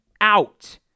out